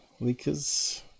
leakers